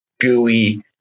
gooey